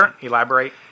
elaborate